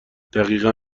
دقیقا